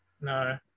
No